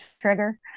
trigger